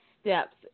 steps